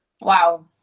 Wow